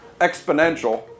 exponential